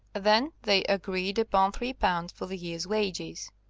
then they agreed upon three pounds for the year's wages.